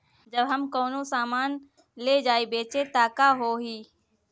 जब हम कौनो सामान ले जाई बेचे त का होही?